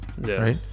right